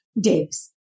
days